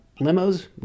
limos